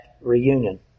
reunion